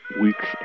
weeks